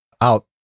out